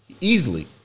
easily